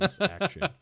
action